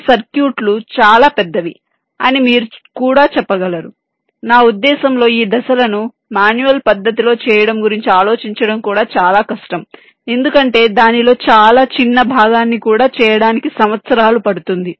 ఈ సర్క్యూట్లు చాలా పెద్దవి అని మీరు కూడా చెప్పగలరు నా ఉద్దేశ్యంలో ఈ దశలను మాన్యువల్ పద్ధతిలో చేయడం గురించి ఆలోచించడం కూడా చాలా కష్టం ఎందుకంటే దానిలో చాలా చిన్న భాగాన్ని కూడా చేయడానికి సంవత్సరాలు పడుతుంది